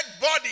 body